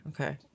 Okay